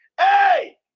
Hey